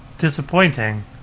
disappointing